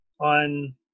on